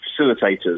facilitators